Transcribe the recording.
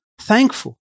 thankful